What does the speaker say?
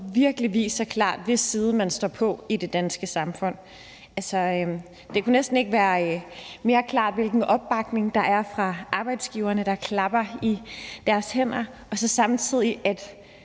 noget virkelig viser klart, hvis side man står på i det danske samfund. Altså, det kan næsten ikke være mere klart, når man ser den opbakning, der er fra arbejdsgiverne, der klapper i deres hænder, samtidig